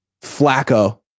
Flacco